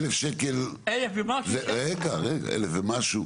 1,000 ומשהו,